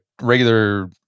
regular